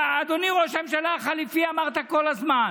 אדוני ראש הממשלה החליפי, אמרת כל הזמן.